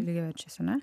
lygiaverčias ane